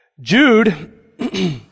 Jude